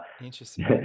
interesting